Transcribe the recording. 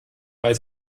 weil